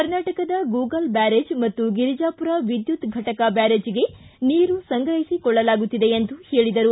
ಕರ್ನಾಟಕದ ಗೂಗಲ್ ಬ್ಯಾರೇಜ್ ಹಾಗೂ ಗಿರಿಜಾಪುರ ವಿದ್ಯುತ್ ಫಟಕ ಬ್ಯಾರೇಜಿಗೆ ನೀರು ಸಂಗ್ರಹಿಸಿಕೊಳ್ಳಲಾಗುತ್ತಿದೆ ಎಂದು ಹೇಳಿದರು